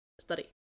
study